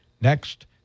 next